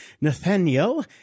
Nathaniel